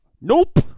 Nope